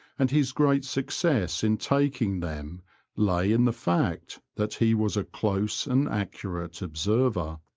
and his great success in taking them lay in the fact that he was a close and accurate observer.